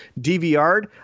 DVR'd